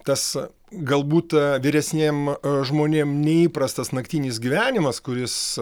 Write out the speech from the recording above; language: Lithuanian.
tas galbūt vyresniem žmonėm neįprastas naktinis gyvenimas kuris